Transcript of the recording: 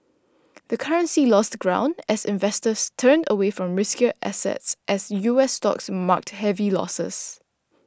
the currency lost ground as investors turned away from riskier assets as U S stocks marked heavy losses